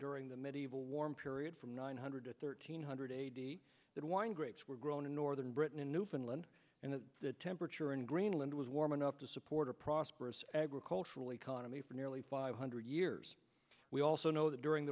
during the medieval warm period from nine hundred thirteen hundred eighty that wine grapes were grown in northern britain in newfoundland and the temperature in greenland was warm enough to support a prosperous agricultural economy for nearly five hundred years we also know that during